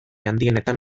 handienetan